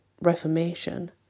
reformation